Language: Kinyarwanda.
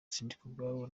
sindikubwabo